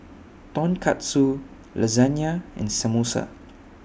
Tonkatsu Lasagne and Samosa